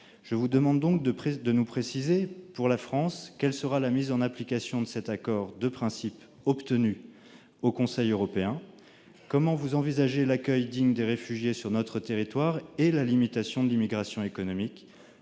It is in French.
Je vous demande donc de bien vouloir nous préciser comment la France mettra en application cet accord de principe obtenu au Conseil européen. Comment envisagez-vous l'accueil digne des réfugiés sur notre territoire et la limitation de l'immigration économique ?